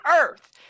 earth